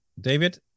David